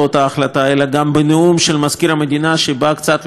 גם בנאום של מזכיר המדינה שבאה קצת לאחר מכן,